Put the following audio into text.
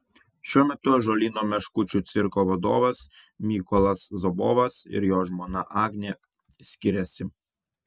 šiuo metu ąžuolyno meškučių cirko vadovas mykolas zobovas ir jo žmona agnė skiriasi